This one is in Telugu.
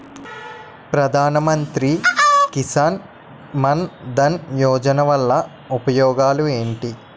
ప్రధాన మంత్రి కిసాన్ మన్ ధన్ యోజన వల్ల ఉపయోగాలు ఏంటి?